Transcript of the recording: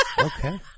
Okay